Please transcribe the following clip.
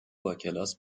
باکلاس